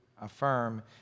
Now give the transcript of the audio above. affirm